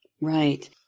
right